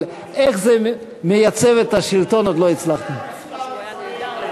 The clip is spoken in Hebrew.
אבל איך זה מייצב את השלטון עוד לא הצלחתי להבין.